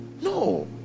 no